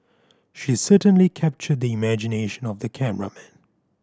she certainly captured the imagination of the cameraman